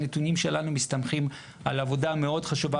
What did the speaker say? הנתונים שלנו מסתמכים על עבודה מאוד חשובה